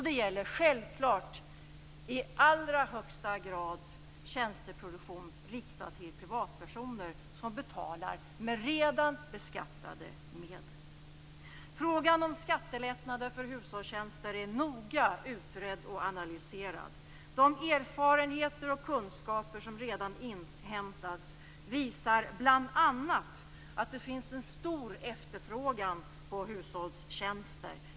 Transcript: Det gäller självklart i allra högsta grad tjänsteproduktion riktad till privatpersoner som betalar med redan beskattade medel. Frågan om skattelättnader för hushållstjänster är noga utredd och analyserad. De erfarenheter och kunskaper som redan inhämtats visar bl.a. att det finns en stor efterfrågan på hushållstjänster.